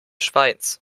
schweins